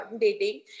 dating